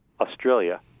Australia